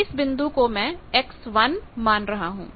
इस बिंदु को मैं x1 मान रहा हूं